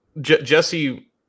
Jesse